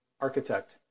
architect